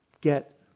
Get